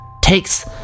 takes